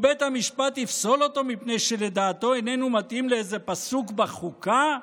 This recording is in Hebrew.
ובית המשפט יפסול אותו מפני שלדעתו איננו מתאים לאיזה פסוק בחוקה?